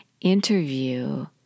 interview